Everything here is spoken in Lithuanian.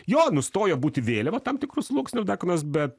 jo nustojo būti vėliava tam tikrų sluoksnių dar ko nors bet